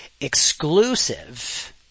exclusive